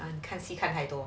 你看戏看太多